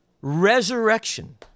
Resurrection